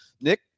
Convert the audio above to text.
Nick